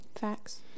facts